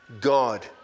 God